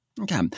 Okay